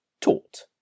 taught